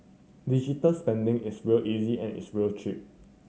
digital spending is real easy and it's real cheap